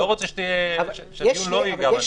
אני לא רוצה שהדיון לא ייגע --- אבל יש